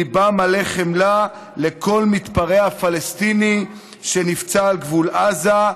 ליבם מלא חמלה לכל מתפרע פלסטיני שנפצע על גבול עזה,